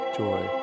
joy